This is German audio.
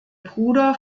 bruder